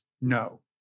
no